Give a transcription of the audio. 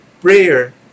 Prayer